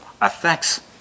affects